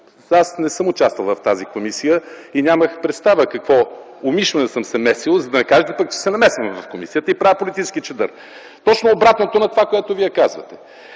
аз не съм участвал в тази комисия. Умишлено не съм се месил, за да не кажете пък, че се намесвам в комисията и правя политически чадър. Точно обратното на това, което Вие казвате.